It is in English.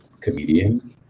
comedian